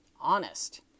Honest